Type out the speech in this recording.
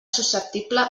susceptible